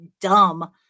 dumb